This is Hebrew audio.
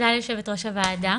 תודה יושבת ראש הוועדה,